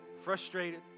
frustrated